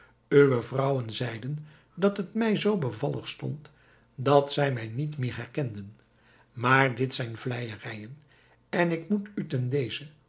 uwe vrouwen zeiden dat het mij zoo bevallig stond dat zij mij niet meer herkenden maar dit zijn vleijerijen en ik moet u ten dezen